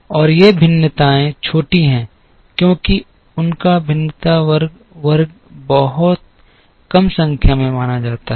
और ये भिन्नताएँ छोटी हैं क्योंकि उनका भिन्नता वर्ग वर्ग भी बहुत कम संख्या में माना जाता है